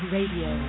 Radio